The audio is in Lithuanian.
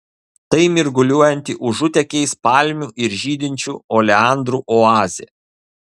tai mirguliuojanti užutėkiais palmių ir žydinčių oleandrų oazė